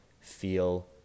feel